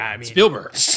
Spielberg